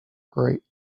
great